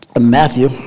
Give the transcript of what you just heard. Matthew